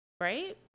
right